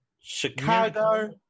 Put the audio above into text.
chicago